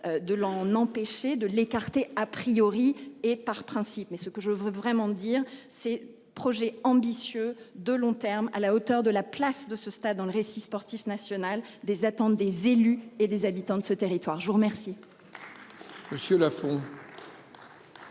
de l'en empêcher de l'écarter a priori et par principe mais ce que je veux vraiment dire ses projets ambitieux de long terme à la hauteur de la place de ce stade dans le récit sportif national des attentes des élus et des habitants de ce territoire. Je vous remercie.